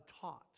taught